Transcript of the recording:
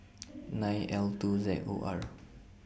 nine L two Z O R